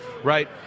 Right